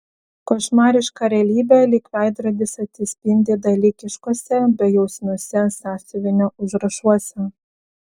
košmariška realybė lyg veidrodis atsispindi dalykiškuose bejausmiuose sąsiuvinio užrašuose